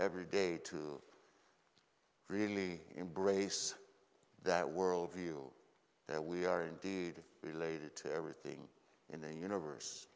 every day to really embrace that world view that we are indeed related to everything in the universe